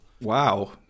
Wow